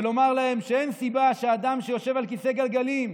ולומר להם שאין סיבה שאדם שיושב על כיסא גלגלים,